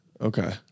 Okay